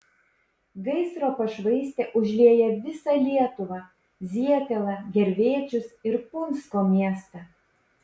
gaisro pašvaistė užlieja visą lietuvą zietelą gervėčius ir punsko miestą